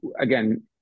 again